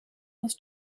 was